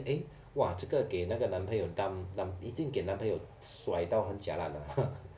eh !wah! 这个给那个男朋友 dumb dumb 一定给男朋友甩到很 jialat 的